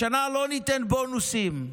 השנה לא ניתן בונוסים,